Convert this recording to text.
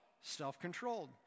self-controlled